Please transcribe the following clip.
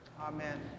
Amen